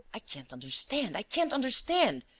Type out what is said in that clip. i can't understand, i can't understand,